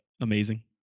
amazing